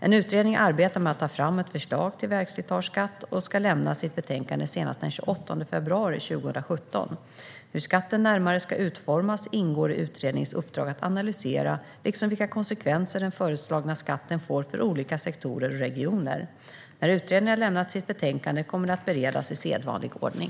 En utredning arbetar med att ta fram ett förslag till vägslitageskatt och ska lämna sitt betänkande senast den 28 februari 2017. Hur skatten närmare ska utformas ingår i utredningens uppdrag att analysera, liksom vilka konsekvenser den föreslagna skatten får för olika sektorer och regioner. När utredningen har lämnat sitt betänkande kommer det att beredas i sedvanlig ordning.